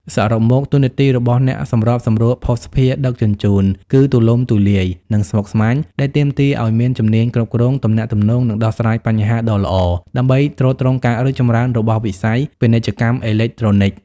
សរុបមក តួនាទីរបស់អ្នកសម្របសម្រួលភស្តុភារដឹកជញ្ជូនគឺទូលំទូលាយ និងស្មុគស្មាញ ដែលទាមទារឱ្យមានជំនាញគ្រប់គ្រង ទំនាក់ទំនង និងដោះស្រាយបញ្ហាដ៏ល្អ ដើម្បីទ្រទ្រង់ការរីកចម្រើនរបស់វិស័យ ពាណិជ្ជកម្មអេឡិចត្រូនិក។